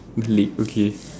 the lake okay